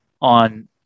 on